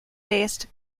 based